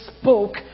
spoke